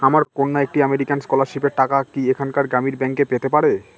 আমার কন্যা একটি আমেরিকান স্কলারশিপের টাকা কি এখানকার গ্রামীণ ব্যাংকে পেতে পারে?